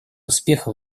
успеха